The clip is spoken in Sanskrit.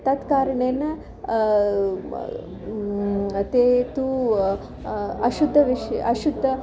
तत् कारणेन ते तु अशुद्धविश् अशुद्धम्